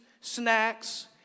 snacks